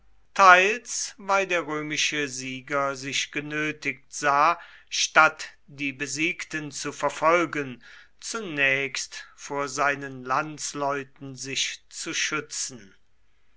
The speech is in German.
teils weil der römische sieger sich genötigt sah statt die besiegten zu verfolgen zunächst vor seinen landsleuten sich zu schützen